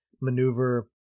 maneuver